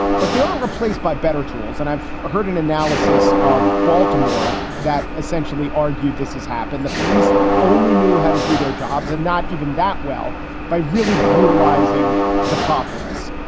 but they are replaced by better tools. and i've heard an analysis of baltimore that essentially argued this has happened. the police only knew how to do their jobs and not even that well by really brutalizing the populace.